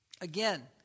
Again